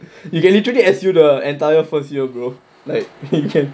you can literally S_U the entire first year brother